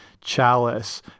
chalice